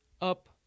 up